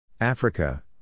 Africa